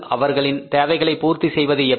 அவர்களின் தேவைகளை பூர்த்தி செய்வது எப்படி